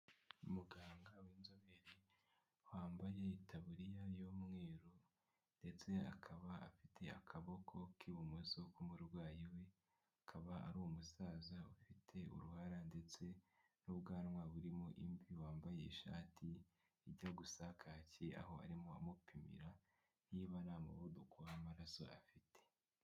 Muganga w'inzobere wambaye itaburiya y'umweru ndetse akaba afite akaboko k'ibumoso k'umurwayi we, akaba ari umusaza ufite uruhara ndetse n'ubwanwa buririmo imvi wambaye ishati ijya gusa kakiyi aho arimo amupimira, niba nta muvuduko w'amaraso afite.